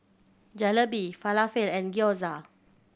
Jalebi Falafel and Gyoza